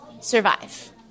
survive